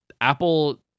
Apple